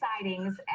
sightings